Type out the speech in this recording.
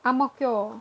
Ang Mo Kio